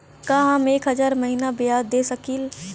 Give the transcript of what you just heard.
का हम एक हज़ार महीना ब्याज दे सकील?